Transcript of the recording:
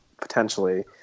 potentially